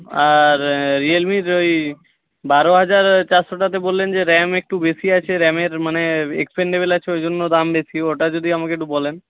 আর রিয়েলমির ওই বারো হাজার চারশো টাকাতে বললেন র্যাম একটু বেশি আছে র্যামের মানে এক্সপেন্ডেবেল আছে ওই জন্য দাম বেশি ওটা যদি আমাকে একটু বলেন